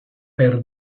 per